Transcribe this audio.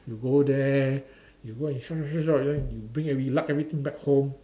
you go there you go and shop shop shop shop shop then you bring every everything back home